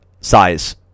size